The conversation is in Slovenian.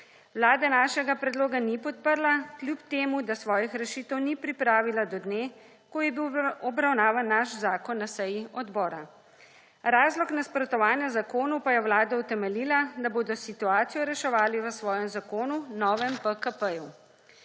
19.25 (nadaljevanje) da svojih rešitev ni pripravila do dne, ko je bil obravnavan naš zakon na seji odbora. Razlog nasprotovanja zakonu pa je Vlada utemeljila, da bodo situacijo reševali v svojem zakonu novem PKP.